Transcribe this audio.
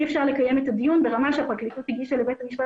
אי אפשר לקיים את הדיון ברמה שהפרקליטות הגישה לבית המשפט